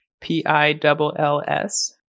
p-i-double-l-s